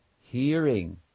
hearing